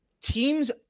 Teams